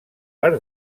per